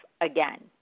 again